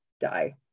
die